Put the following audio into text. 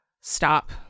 stop